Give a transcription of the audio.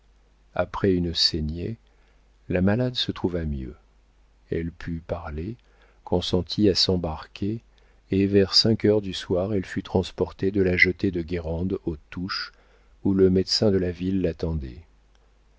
après une saignée la malade se trouva mieux elle put parler consentit à s'embarquer et vers cinq heures du soir elle fut transportée de la jetée de guérande aux touches où le médecin de la ville l'attendait